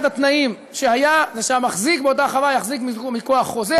אחד התנאים שהיו הוא שהמחזיק באותה חווה יחזיק מכוח חוזה.